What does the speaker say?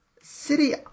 City